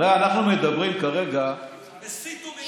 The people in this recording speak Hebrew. הרי אנחנו מדברים כרגע, מסית ומדיח.